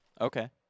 Okay